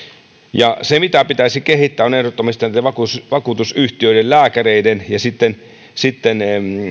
ja se mitä pitäisi kehittää on ehdottomasti se että vakuutusyhtiöiden lääkäreiden ja sitten sitten